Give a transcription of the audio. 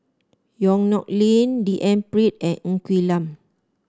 Yong Nyuk Lin D N Pritt and Ng Quee Lam